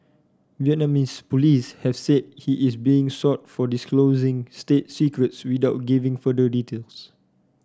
Vietnamese police have said he is being sought for disclosing state secrets without giving further details